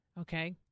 Okay